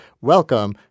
Welcome